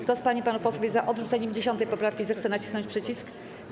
Kto z pań i panów posłów jest za odrzuceniem 10. poprawki, zechce nacisnąć przycisk.